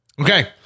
okay